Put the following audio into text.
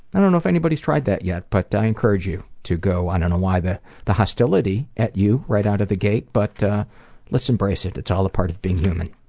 i don't know if anybody's tried that yet, but i encourage you to go. i don't know why the the hostility at you, right out of the gate, but let's embrace it. it's all a part of being human.